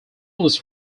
this